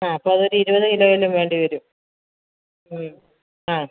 ആ അപ്പോൾ അതൊരു ഇരുപത് കിലോയേലും വേണ്ടി വരും ആ